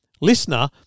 listener